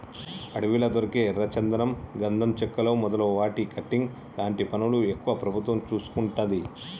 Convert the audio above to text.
అడవిలా దొరికే ఎర్ర చందనం గంధం చెక్కలు మొదలు వాటి కటింగ్ లాంటి పనులు ఎక్కువ ప్రభుత్వం చూసుకుంటది